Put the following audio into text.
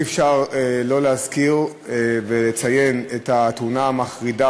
אי-אפשר לא להזכיר ולציין את התאונה המחרידה